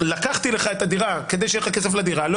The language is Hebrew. לקחתי לך את הדירה כדי שיהיה לך כסף לדירה ולא